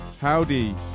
Howdy